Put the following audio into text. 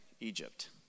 Egypt